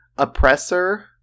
oppressor